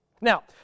Now